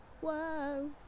whoa